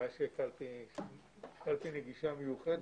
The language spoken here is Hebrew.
הבעיה של קלפי נגישה מיוחדת,